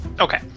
Okay